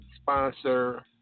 sponsor